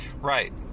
right